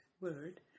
word